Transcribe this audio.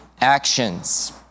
actions